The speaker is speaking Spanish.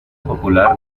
popular